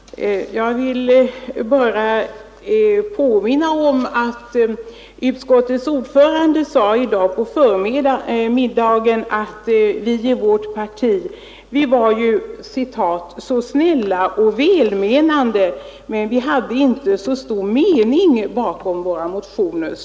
Fru talman! Jag vill bara påminna om att utskottets ordförande i dag på förmiddagen sade att vi i vårt parti var ”så snälla och välmenande” men att vi inte hade så stor mening bakom våra motioner.